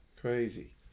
Crazy